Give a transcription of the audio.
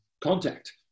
contact